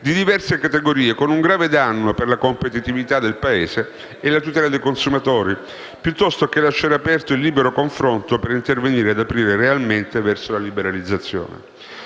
di diverse categorie, con un grave danno per la competitività del Paese e la tutela dei consumatori, piuttosto che lasciare aperto il libero confronto per intervenire e aprire realmente verso la liberalizzazione.